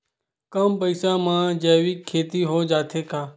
कम पईसा मा जैविक खेती हो जाथे का?